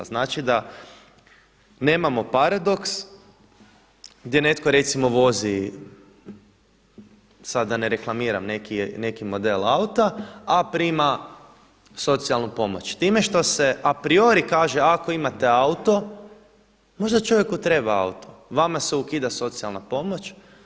Znači da nemamo paradoks gdje netko recimo vozi, sada da ne reklamiram neki model auta, a prima socijalnu pomoć, time što se a priori kaže ako imate autom možda čovjeku treba auto, vama se ukida socijalna pomoć.